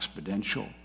exponential